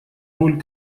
роль